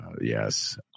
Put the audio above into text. yes